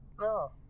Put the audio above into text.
No